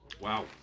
Wow